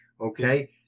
Okay